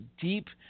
deep